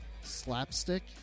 slapstick